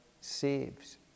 saves